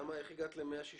איך הגעת ל-160 אירועים?